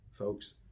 folks